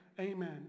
Amen